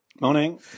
Morning